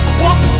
walk